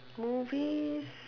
movies